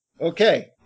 okay